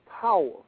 power